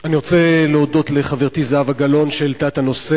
אני רוצה להודות לחברתי זהבה גלאון שהעלתה את הנושא